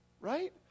right